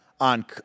on